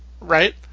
right